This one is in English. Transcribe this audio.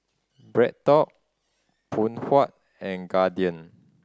BreadTalk Phoon Huat and Guardian